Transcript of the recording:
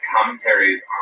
commentaries